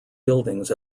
buildings